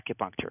acupuncture